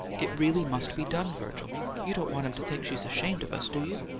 it really must be done, virgil you don't want him to think she's ashamed of us, do you?